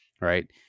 right